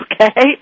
okay